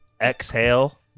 Exhale